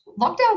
Lockdown